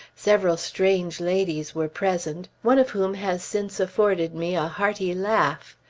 several strange ladies were present, one of whom has since afforded me a hearty laugh.